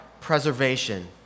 preservation